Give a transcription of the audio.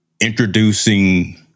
introducing